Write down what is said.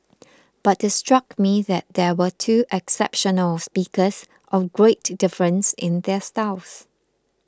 but it struck me that here were two exceptional speakers of great difference in their styles